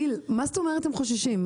מה זאת אומרת הם חוששים?